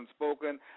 unspoken